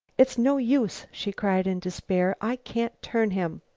it's no use, she cried in despair i can't turn him.